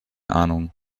ahnung